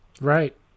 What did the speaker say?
Right